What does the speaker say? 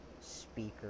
speaker